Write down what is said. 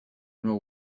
know